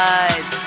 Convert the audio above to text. eyes